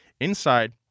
Inside